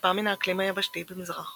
מושפע מן האקלים היבשתי במזרח